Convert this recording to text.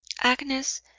Agnes